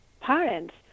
parents